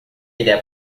ideia